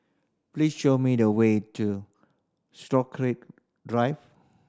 please show me the way to Stokesay Drive